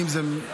אם זה בחדרים,